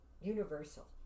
Universal